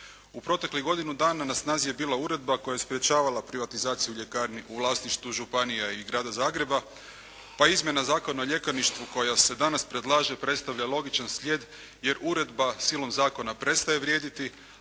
U proteklih godinu dana na snazi je bila Uredba koja je sprječavala privatizaciju ljekarni u vlasništvu županija i grada Zagreba, pa Izmjena Zakona o ljekarništvu koja se danas predlaže predstavlja logičan slijed, jer Uredba silom zakona prestaje vrijediti